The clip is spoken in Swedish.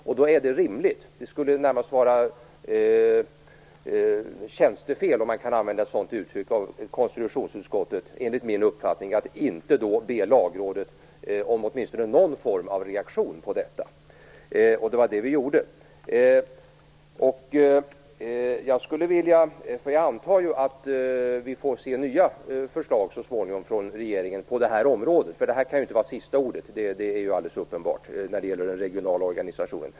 Det skulle enligt min uppfattning närmast vara tjänstefel av konstitutionsutskottet, om man kan använda ett sådant uttryck, att inte be Lagrådet om åtminstone någon form av reaktion på detta, och det var vad vi gjorde. Jag antar att vi får se nya förslag så småningom från regeringen på detta område. Det här kan inte vara sista ordet när det gäller den regionala organisationen. Det är alldeles uppenbart.